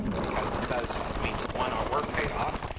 because it does means one, our work paid off,